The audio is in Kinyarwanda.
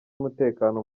umutekano